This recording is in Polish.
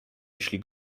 jeśli